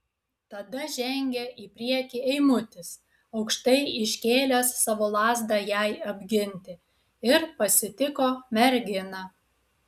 tada žengė į priekį eimutis aukštai iškėlęs savo lazdą jai apginti ir pasitiko merginą